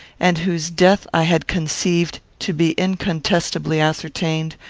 and whose death i had conceived to be incontestably ascertained,